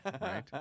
right